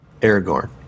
Aragorn